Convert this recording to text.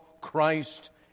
Christ